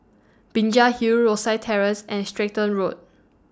Binjai Hill Rosyth Terrace and Stratton Road